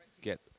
get